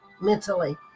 mentally